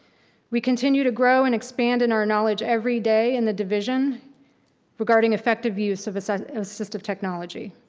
we continue to grow and expand in our knowledge every day in the division regarding effective use of so assistive technology.